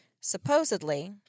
Supposedly